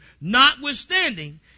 notwithstanding